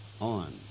On